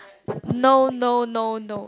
no no no no